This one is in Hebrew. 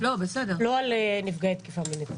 לא על נפגעי תקיפה מינית.